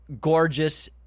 gorgeous